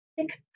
six